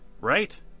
right